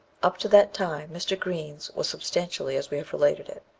up to that time mr. green's was substantially as we have related it.